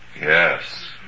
Yes